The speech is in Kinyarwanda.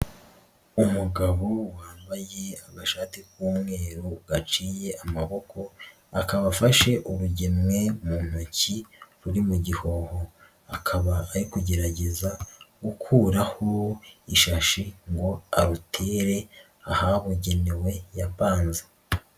Umugabo wambaye agashati k'umweru gaciye amaboko akaba afashe urugemwe mu ntoki ruri mu gihoho, akaba ari kugerageza gukuraho ishashi ngo arutere ahabugenewe ya panze.